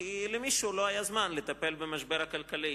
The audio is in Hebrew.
כי למישהו לא היה זמן לטפל במשבר הכלכלי.